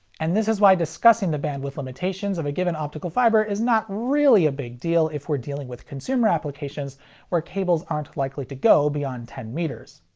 and this is why discussing the bandwidth limitations of a given optical fiber is not really a big deal if we're dealing with consumer applications where cables aren't likely to go beyond ten meters.